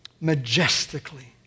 majestically